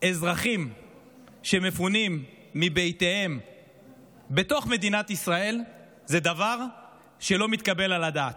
אזרחים שמפונים מבתיהם בתוך מדינת ישראל זה דבר שלא מתקבל על הדעת.